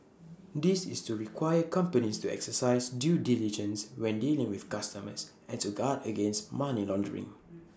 this is to require companies to exercise due diligence when dealing with customers and to guard against money laundering